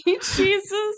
Jesus